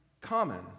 common